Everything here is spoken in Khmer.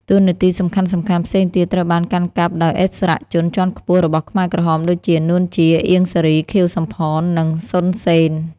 តួនាទីសំខាន់ៗផ្សេងទៀតត្រូវបានកាន់កាប់ដោយឥស្សរជនជាន់ខ្ពស់របស់ខ្មែរក្រហមដូចជា នួន ជា អៀង សារី ខៀវ សំផន និងសុន សេន។